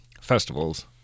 festivals